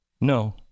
No